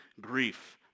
grief